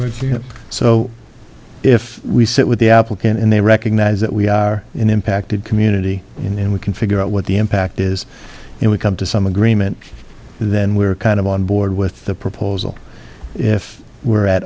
but you know so if we sit with the applicant and they recognize that we are in impacted community and we can figure out what the impact is and we come to some agreement then we're kind of on board with the proposal if we're at